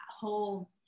whole